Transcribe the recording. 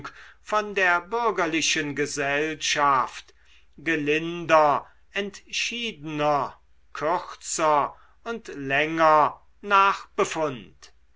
von der bürgerlichen gesellschaft gelinder entschiedener kürzer und länger nach